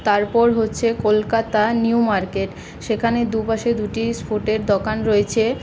তারপর হচ্ছে Kolkata new market সেখানে দু পাশে দুটি ফুডের দোকান রয়েছে